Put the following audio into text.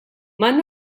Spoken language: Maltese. man